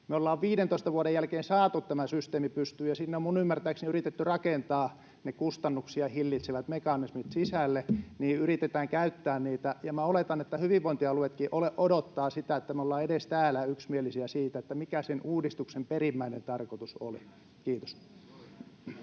Me ollaan 15 vuoden jälkeen saatu tämä systeemi pystyyn, ja siinä on minun ymmärtääkseni yritetty rakentaa ne kustannuksia hillitsevät mekanismit sisälle, joten yritetään käyttää niitä. Ja oletan, että hyvinvointialueetkin odottavat sitä, että me ollaan edes täällä yksimielisiä siitä, mikä sen uudistuksen perimmäinen tarkoitus oli. — Kiitos.